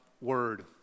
Word